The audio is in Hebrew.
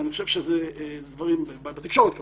בתקשורת כמובן,